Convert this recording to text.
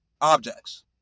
objects